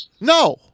No